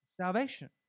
salvation